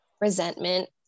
resentment